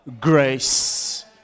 grace